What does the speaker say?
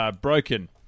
broken